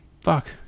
fuck